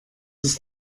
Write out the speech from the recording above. ist